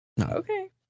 Okay